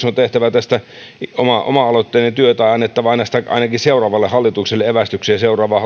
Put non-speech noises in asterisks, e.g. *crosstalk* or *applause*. *unintelligible* on tehtävä tästä oma oma aloitteinen työ tai annettava tästä ainakin seuraavalle hallitukselle evästyksiä seuraavaa *unintelligible*